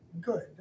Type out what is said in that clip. good